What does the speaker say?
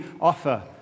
offer